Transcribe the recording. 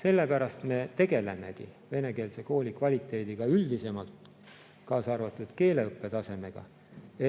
Sellepärast me tegelemegi venekeelse kooli kvaliteediga üldisemalt, kaasa arvatud keeleõppe tasemega,